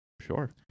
sure